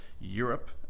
Europe